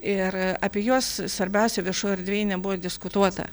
ir apie juos svarbiausia viešoj erdvėj nebuvo diskutuota